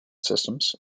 systems